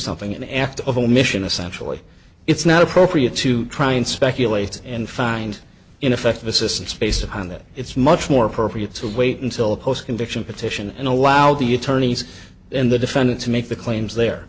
something an act of omission essentially it's not appropriate to try and speculate and find ineffective assistance based on that it's much more appropriate to wait until a post conviction petition and allow the attorneys and the defendant to make the claims there